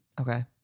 Okay